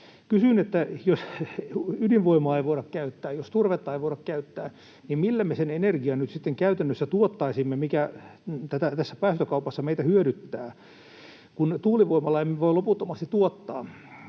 Kysyn, että jos ydinvoimaa ei voida käyttää, jos turvetta ei voida käyttää, niin millä me sen energian nyt sitten käytännössä tuottaisimme, mikä tässä päästökaupassa meitä hyödyttää. Tuulivoimalla emme voi loputtomasti tuottaa